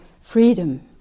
freedom